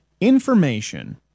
information